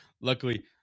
luckily